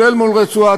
כולל מול רצועת-עזה.